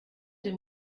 dem